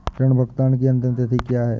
ऋण भुगतान की अंतिम तिथि क्या है?